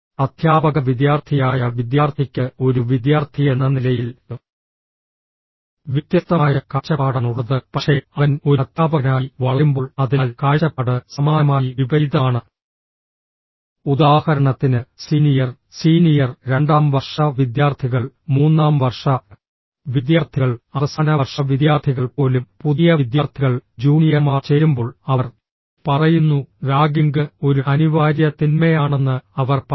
അധ്യാപക വിദ്യാർത്ഥിയായ വിദ്യാർത്ഥിക്ക് ഒരു വിദ്യാർത്ഥിയെന്ന നിലയിൽ വ്യത്യസ്തമായ കാഴ്ചപ്പാടാണുള്ളത് പക്ഷേ അവൻ ഒരു അധ്യാപകനായി വളരുമ്പോൾ അതിനാൽ കാഴ്ചപ്പാട് സമാനമായി വിപരീതമാണ് ഉദാഹരണത്തിന് സീനിയർ സീനിയർ രണ്ടാം വർഷ വിദ്യാർത്ഥികൾ മൂന്നാം വർഷ വിദ്യാർത്ഥികൾ അവസാന വർഷ വിദ്യാർത്ഥികൾ പോലും പുതിയ വിദ്യാർത്ഥികൾ ജൂനിയർമാർ ചേരുമ്പോൾ അവർ പറയുന്നു റാഗിംഗ് ഒരു അനിവാര്യ തിന്മയാണെന്ന് അവർ പറയും